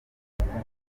umugore